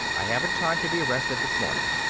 i haven't time to be arrested this morning.